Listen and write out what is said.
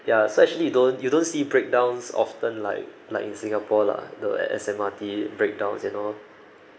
ya so actually you don't you don't see breakdowns often like like in singapore lah the S_M_R_T breakdowns and all